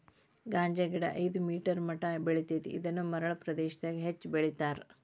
ಗಾಂಜಾಗಿಡಾ ಐದ ಮೇಟರ್ ಮಟಾ ಬೆಳಿತೆತಿ ಇದನ್ನ ಮರಳ ಪ್ರದೇಶಾದಗ ಹೆಚ್ಚ ಬೆಳಿತಾರ